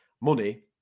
money